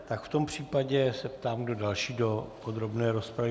Tak v tom případě se ptám, kdo další do podrobné rozpravy.